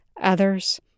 others